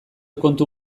kontu